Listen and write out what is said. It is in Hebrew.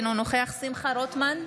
אינו נוכח שמחה רוטמן,